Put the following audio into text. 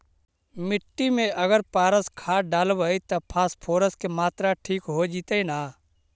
मिट्टी में अगर पारस खाद डालबै त फास्फोरस के माऋआ ठिक हो जितै न?